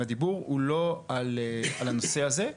והדיבור הוא לא על הנושא הזה,